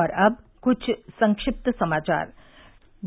और अब कुछ संक्षिप्त समाचार